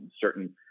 Certain